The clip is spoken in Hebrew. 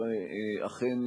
ואכן,